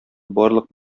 барлык